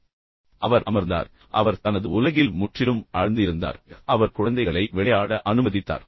பின்னர் அவர் அமர்ந்தார் பின்னர் அவர் தனது உலகில் முற்றிலும் ஆழ்ந்து இருந்தார் பின்னர் அவர் குழந்தைகளை விளையாட அனுமதித்தார்